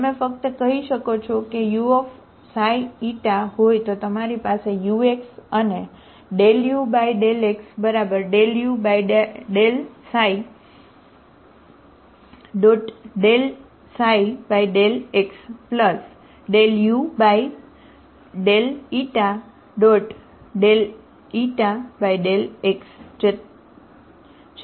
તમે ફક્ત કહી શકો છો કે u હોય તો તમારી પાસે ux અને ∂u∂x ∂u∂x ∂u∂x છે તે જ મારું ∂u∂x છે